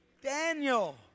Daniel